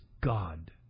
God